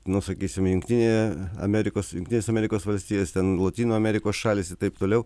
nu sakysim jungtinė amerikos jungtinės amerikos valstijos ten lotynų amerikos šalys ir taip toliau